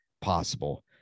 possible